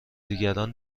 دیگران